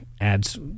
adds